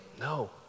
No